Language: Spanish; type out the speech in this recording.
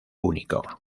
único